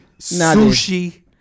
Sushi